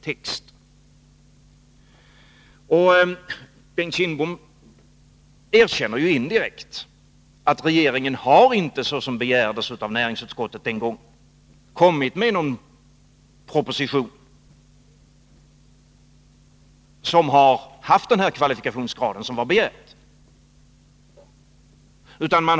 Bengt Kindbom erkänner indirekt att regeringen inte har kommit med någon proposition, som har haft den kvalifikationsgrad som näringsutskottet begärde.